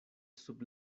sub